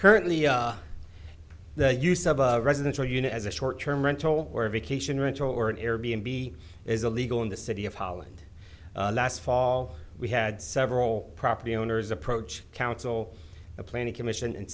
currently the use of a residential unit as a short term rental or a vacation rental or an air b n b is illegal in the city of holland last fall we had several property owners approach council a planning commission and